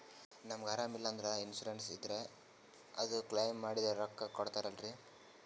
ನಮಗ ಅರಾಮ ಇಲ್ಲಂದ್ರ ಇನ್ಸೂರೆನ್ಸ್ ಇದ್ರ ಅದು ಕ್ಲೈಮ ಮಾಡಿದ್ರ ರೊಕ್ಕ ಕೊಡ್ತಾರಲ್ರಿ?